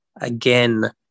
again